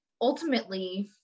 ultimately